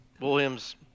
Williams